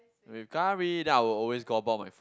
with curry then I'll always gobble up my food